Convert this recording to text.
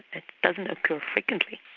it doesn't occur frequently.